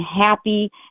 happy